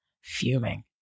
fuming